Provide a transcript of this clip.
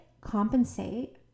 compensate